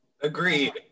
Agreed